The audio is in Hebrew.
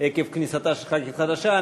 עקב כניסתה של חברת הכנסת החדשה.